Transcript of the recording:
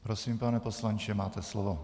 Prosím, pane poslanče, máte slovo.